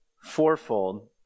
fourfold